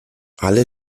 alle